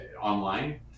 online